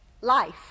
Life